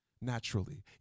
naturally